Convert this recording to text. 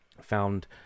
found